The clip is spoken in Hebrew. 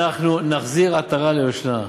אנחנו נחזיר עטרה ליושנה,